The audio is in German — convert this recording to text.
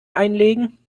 einlegen